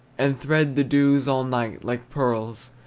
and thread the dews all night, like pearls,